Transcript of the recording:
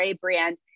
brand